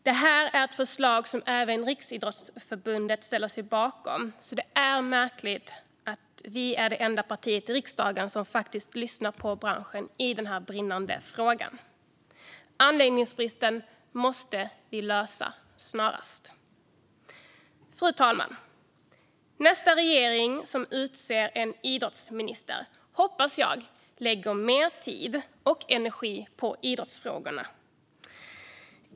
Det här är ett förslag som även Riksidrottsförbundet ställer sig bakom, och det är märkligt att vi är det enda partiet i riksdagen som faktiskt lyssnar på branschen i den här brinnande frågan. Anläggningsbristen måste vi lösa snarast. Fru talman! Nästa regering som utser en idrottsminister hoppas jag lägger mer tid och energi på idrottsfrågorna.